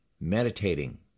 meditating